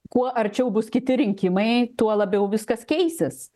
kuo arčiau bus kiti rinkimai tuo labiau viskas keisis